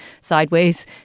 sideways